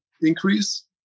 increase